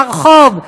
ברחוב,